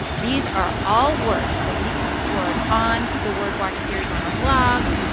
these are all words that we've explored on the word watch series on our blog,